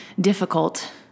difficult